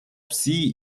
sie